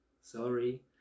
Sorry